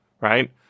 right